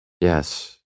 Yes